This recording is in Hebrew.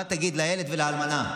מה תגיד לילד ולאלמנה?